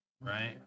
right